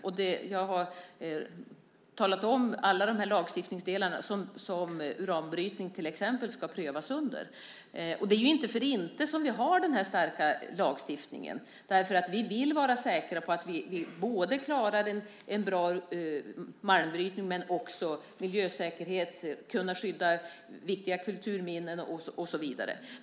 Jag har nämnt alla de lagstiftningsdelar som till exempel uranbrytning ska prövas under. Det är inte för inte som vi har den här starka lagstiftningen. Vi vill vara säkra på att vi klarar en bra malmbrytning, men vi vill också ha miljösäkerhet och kunna skydda viktiga kulturminnen och så vidare.